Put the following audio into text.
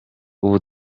ubu